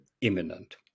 imminent